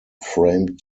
framed